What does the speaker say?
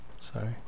Sorry